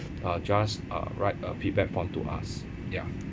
uh just uh write a feedback form to us ya